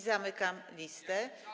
Zamykam listę.